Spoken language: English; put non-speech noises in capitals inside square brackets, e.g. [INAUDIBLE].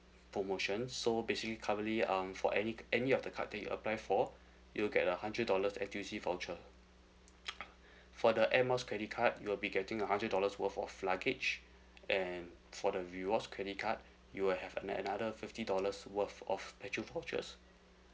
promotion so basically currently um for any any of the card that you apply for [BREATH] you will be a hundred dollars activity voucher [BREATH] for the Air Miles credit card you will be getting a hundred dollars worth of luggage and for the rewards credit card [BREATH] you will have another fifty dollars worth of petrol vouchers